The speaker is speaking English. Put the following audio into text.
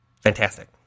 fantastic